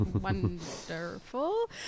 wonderful